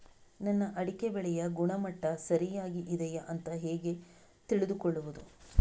ನನ್ನ ಅಡಿಕೆ ಬೆಳೆಯ ಗುಣಮಟ್ಟ ಸರಿಯಾಗಿ ಇದೆಯಾ ಅಂತ ಹೇಗೆ ತಿಳಿದುಕೊಳ್ಳುವುದು?